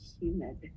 humid